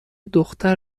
دختر